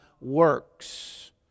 works